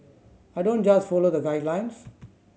I don't just follow the guidelines